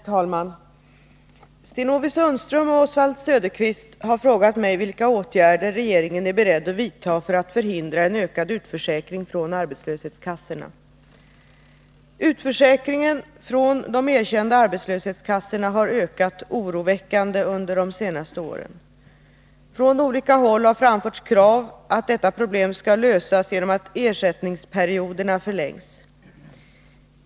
Herr talman! Sten-Ove Sundström och Oswald Söderqvist har frågat mig vilka åtgärder regeringen är beredd att vidta för att förhindra en ökad utförsäkring från arbetslöshetskassorna. Utförsäkringen från de erkända arbetslöshetskassorna har ökat oroväckande under de senaste åren. Från olika håll har framförts krav på att detta problem skall lösas genom att ersättningsperioderna förlängs.